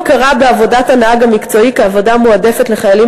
קיום הכרה בעבודת הנהג המקצועי כעבודה מועדפת לחיילים